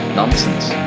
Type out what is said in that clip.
nonsense